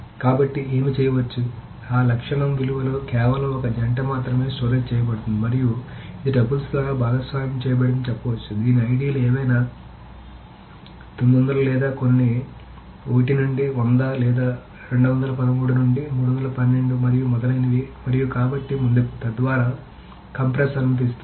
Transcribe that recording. కాబట్టి ఏమి చేయవచ్చు ఆ లక్షణం విలువలో కేవలం ఒక జంట మాత్రమే స్టోరేజ్ చేయబడుతుంది మరియు ఇది టపుల్స్ ద్వారా భాగస్వామ్యం చేయబడిందని చెప్పవచ్చు దీని ఐడిలు ఏవైనా 900 లేదా కొన్ని 1 నుండి 100 లేదా 213 నుండి 312 మరియు మొదలైనవి మరియు కాబట్టి ముందుకు తద్వారా కంప్రెస్ అనుమతిస్తుంది